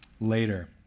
later